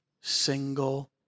single